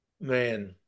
Man